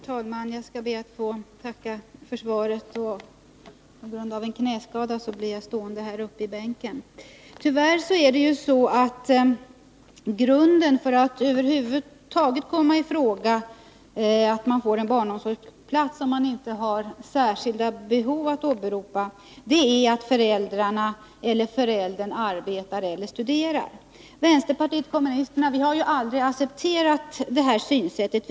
Herr talman! Jag skall be att få tacka för svaret. På grund av en knäskada blir jag stående i bänken. Om man inte kan åberopa särskilda behov, är tyvärr grunden för att man över huvud taget skall komma i fråga för en barnomsorgsplats att föräldern eller föräldrarna arbetar eller studerar. Vänsterpartiet kommunisterna har aldrig accepterat detta synsätt.